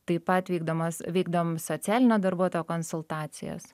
taip pat vykdomas vykdom socialinio darbuotojo konsultacijas